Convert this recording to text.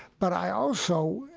but i also,